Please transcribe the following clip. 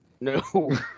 No